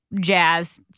jazz